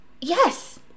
yes